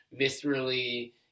viscerally